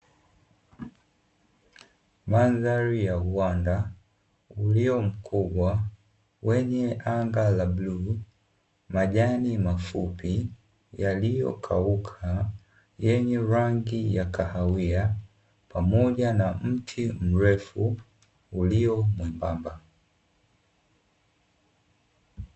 Mandhari ya uwanda uliomkubwa, wenye anga la bluu majani mafupi yaliokauka yenye rangi ya kahawia pamoja na mti mrefu ulio mwembamba.